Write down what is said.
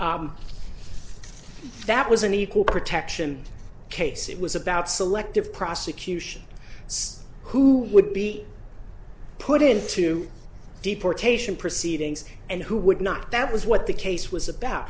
reno that was an equal protection case it was about selective prosecution who would be put into deportation proceedings and who would not that was what the case was about